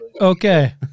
okay